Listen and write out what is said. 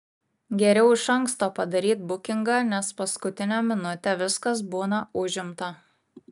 geriau iš anksto padaryt bukingą nes paskutinę minutę viskas būna užimta